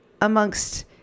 amongst